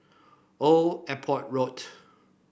Old Airport Road